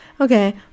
Okay